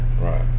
Right